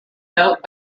boat